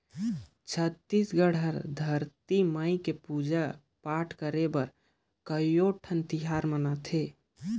छत्तीसगढ़ हर धरती मईया के पूजा पाठ करे बर कयोठन तिहार मनाथे